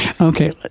Okay